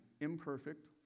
imperfect